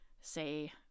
say